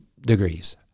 degrees